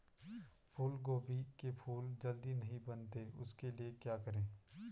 फूलगोभी के फूल जल्दी नहीं बनते उसके लिए क्या करें?